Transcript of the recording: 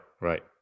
Right